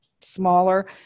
smaller